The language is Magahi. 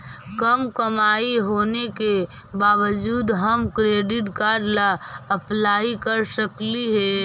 कम कमाई होने के बाबजूद हम क्रेडिट कार्ड ला अप्लाई कर सकली हे?